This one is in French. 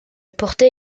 portait